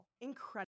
Incredible